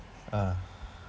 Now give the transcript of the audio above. ah